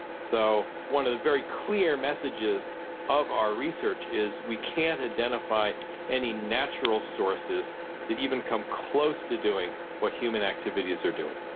so one of the very clear messages of our research is we can't identify any natural sources that even come close to doing what human activities are doing.